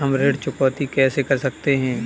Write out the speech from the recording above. हम ऋण चुकौती कैसे कर सकते हैं?